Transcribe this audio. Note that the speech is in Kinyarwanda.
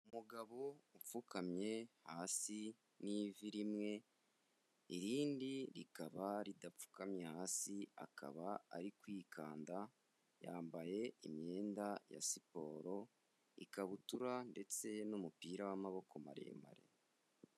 Umugabo upfukamye hasi n'ivi rimwe, irindi rikaba ridapfukamye hasi, akaba ari kwikanda, yambaye imyenda ya siporo ikabutura ndetse n'umupira w'amaboko maremare.